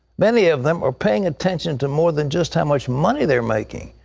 many of them are paying attention to more than just how much money they're making.